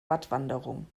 wattwanderung